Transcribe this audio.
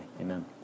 Amen